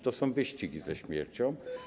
To są wyścigi ze śmiercią.